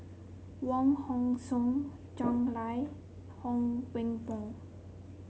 Wong Hong Suen Lai Huang Wenhong